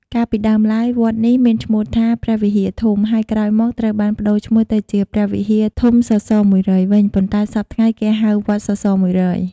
កាលពីដើមឡើយ វត្តនេះមានឈ្មោះថា ព្រះវិហារធំ ហើយក្រោយមកត្រូវបានប្តូរឈ្មោះទៅជាព្រះវិហារធំសសរ១០០វិញ ប៉ុន្តែសព្ធថ្ងៃគេហៅ វត្តសសរ១០០។